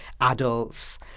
adults